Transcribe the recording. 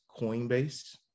Coinbase